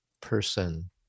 person